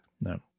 No